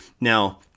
Now